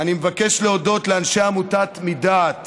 אני מבקש להודות לאנשי עמותת מדעת,